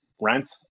rent